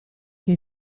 che